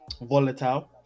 volatile